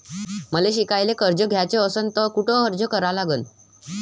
मले शिकायले कर्ज घ्याच असन तर कुठ अर्ज करा लागन?